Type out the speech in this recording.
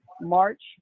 March